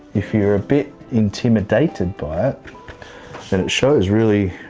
if you're a bit intimidated by it and it shows really,